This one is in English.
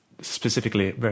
specifically